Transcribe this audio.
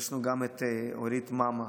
יש לנו גם את אורית מאמא,